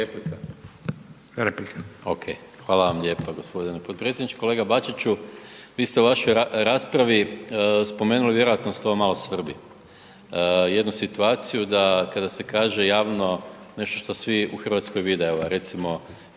Hvala vam lijepo g. potpredsjedniče. Kolega Bačiću, vi ste u vašoj raspravi spomenuli, vjerojatno vas to malo svrbi, jednu situaciju da kada se kaže javno nešto što svi u Hrvatskoj vide, evo